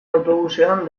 autobusean